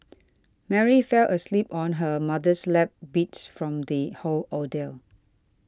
Mary fell asleep on her mother's lap beat from the whole ordeal